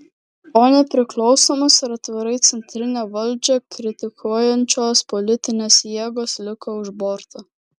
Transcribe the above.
o nepriklausomos ir atvirai centrinę valdžią kritikuojančios politinės jėgos liko už borto